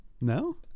No